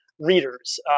readers